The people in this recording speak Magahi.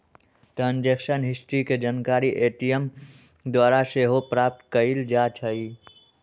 ट्रांजैक्शन हिस्ट्री के जानकारी ए.टी.एम द्वारा सेहो प्राप्त कएल जाइ छइ